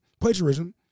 plagiarism